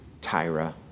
Tyra